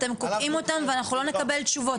אתם קוטעים אותם ואנחנו לא נקבל תשובות.